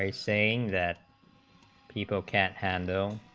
ah saying that people can handle